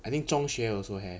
I think 中学 also have